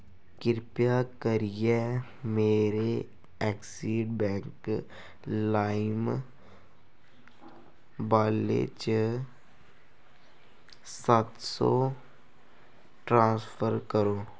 कृपा करियै मेरे एक्सिस बैंक लाइम वालेट च सत्त सौ ट्रांस्फर करो